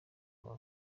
aba